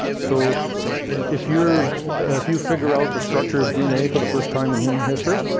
so if you're if you figure out the structure of dna for the first time in human history.